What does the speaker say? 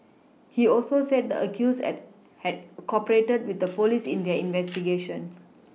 he also said the accused add had cooperated with police in their investigation